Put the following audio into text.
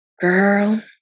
Girl